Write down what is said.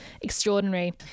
extraordinary